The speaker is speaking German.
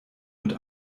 und